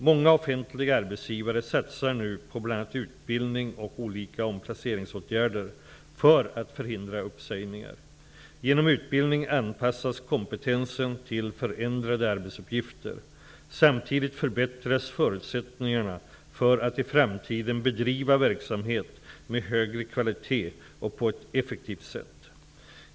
Många offentliga arbetsgivare satsar nu på bl.a. utbildning och olika omplaceringsåtgärder för att förhindra uppsägningar. Genom utbildning anpassas kompetensen till förändrade arbetsuppgifter. Samtidigt förbättras förutsättningarna för att i framtiden bedriva verksamhet med högre kvalitet och på ett effektivt sätt.